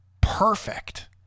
perfect